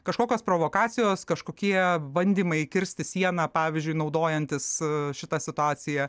kažkokios provokacijos kažkokie bandymai kirsti sieną pavyzdžiui naudojantis šita situacija